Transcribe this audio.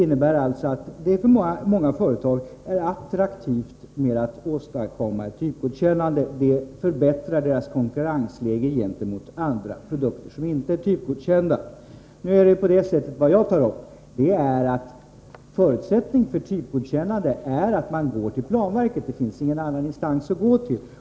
Därför är det för många företag attraktivt att få ett typgodkännande. Det förbättrar deras konkurrensläge gentemot andra produkter som inte är typgodkända. Vad jag tar upp är det förhållandet att förutsättningen för att få ett typgodkännande är att man går till planverket. Det finns ingen annan instans att gå till.